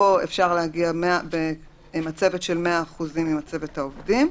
100 אחוזים ממצבת העובדים,